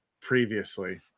previously